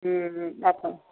के अपन